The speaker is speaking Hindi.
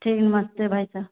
ठीक नमस्ते भाई सा